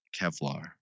Kevlar